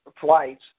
flights